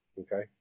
Okay